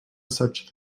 such